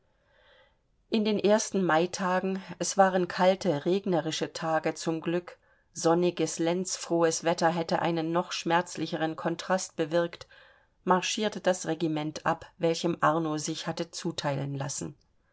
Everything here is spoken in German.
in den ersten maitagen es waren kalte regnerische tage zum glück sonniges lenzfrohes wetter hätte einen noch schmerzlicheren kontrast bewirkt marschierte das regiment ab welchem arno sich hatte zuteilen lassen